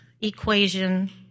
equation